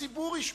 הציבור ישפוט.